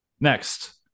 Next